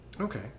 okay